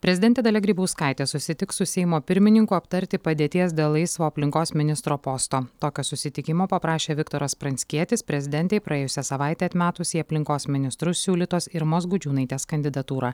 prezidentė dalia grybauskaitė susitiks su seimo pirmininku aptarti padėties dėl laisvo aplinkos ministro posto tokio susitikimo paprašė viktoras pranckietis prezidentei praėjusią savaitę atmetus į aplinkos ministrus siūlytos irmos gudžiūnaitės kandidatūrą